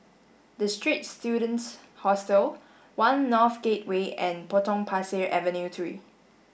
The Straits Students Hostel One North Gateway and Potong Pasir Avenue three